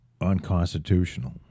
unconstitutional